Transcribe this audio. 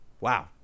Wow